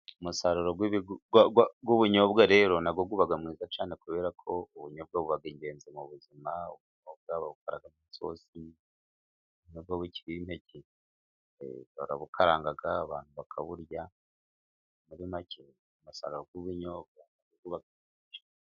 Umusaruro w'ubunyobwa rero, nawo uba mwiza cyane, kubera ko ubunyobwa buba ingenzi mu buzima, ubunyobwa babukoramo isosi, ariko iyo bukiri impeke, barabukaranga abantu bakaburya, muri make umusaruro w'ubunyobwa, uba mwinshi.